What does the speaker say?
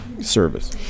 service